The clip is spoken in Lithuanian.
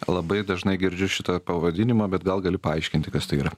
labai dažnai girdžiu šitą pavadinimą bet gal gali paaiškinti kas tai yra